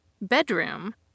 bedroom